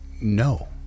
No